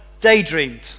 daydreamed